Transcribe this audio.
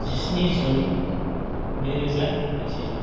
जिस्नि जुन नैरोजा नैजिथाम